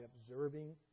observing